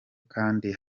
kandi